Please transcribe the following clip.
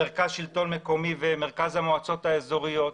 מרכז השלטון המקומי ומרכז המועצות האזוריות,